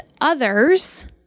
others